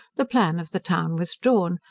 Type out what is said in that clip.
the plan of the town was drawn,